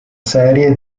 serie